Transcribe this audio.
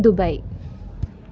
Dubai